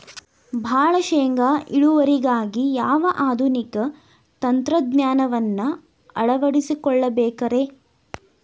ಭಾಳ ಶೇಂಗಾ ಇಳುವರಿಗಾಗಿ ಯಾವ ಆಧುನಿಕ ತಂತ್ರಜ್ಞಾನವನ್ನ ಅಳವಡಿಸಿಕೊಳ್ಳಬೇಕರೇ?